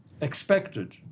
expected